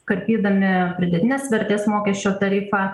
karpydami pridėtinės vertės mokesčio tarifą